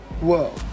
Whoa